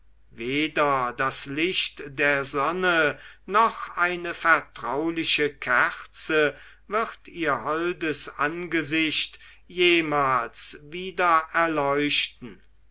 weder das licht der sonne noch eine vertrauliche kerze wird ihr holdes angesicht jemals wieder erleuchten